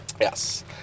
Yes